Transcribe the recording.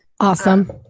Awesome